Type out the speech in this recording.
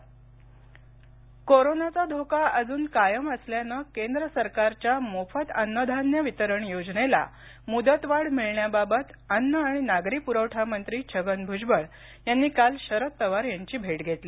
मोफत धान्य कोरोनाचा धोका अजून कायम असल्यानं केंद्र सरकारच्या मोफत अन्नधान्य वितरण योजनेला मुदतवाढ मिळवण्याबाबत अन्न आणि नागरी पुरवठामंत्री छगन भुजबळ यांनी काल शरद पवार यांची भेट घेतली